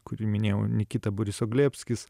kurį minėjau nikita boriso glebskis